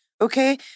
Okay